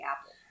Apple